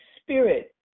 spirit